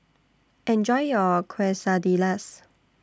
Enjoy your Quesadillas